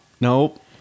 nope